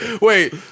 Wait